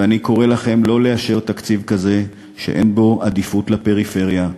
ואני קורא לכם לא לאשר תקציב כזה שאין בו עדיפות לפריפריה,